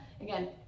Again